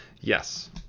Yes